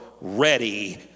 ready